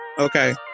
okay